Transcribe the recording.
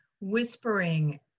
Whispering